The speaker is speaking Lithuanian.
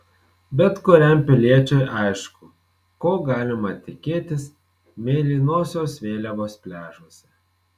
bet kuriam piliečiui aišku ko galima tikėtis mėlynosios vėliavos pliažuose